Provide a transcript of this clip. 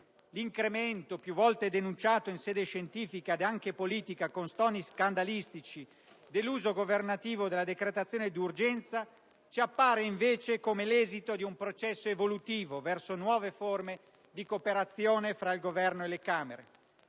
L'incremento, più volte denunciato in sede scientifica ed anche politica con toni scandalistici, dell'uso governativo della decretazione d'urgenza ci appare invece come l'esito di un processo evolutivo verso nuove forme di cooperazione tra il Governo e le Camere.